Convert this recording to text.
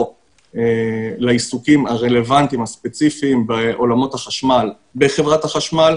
לעיסוקים הרלוונטיים הספציפיים בעולמות החשמל בחברת החשמל,